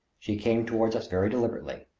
she came toward us very deliberately,